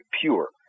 pure